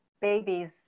babies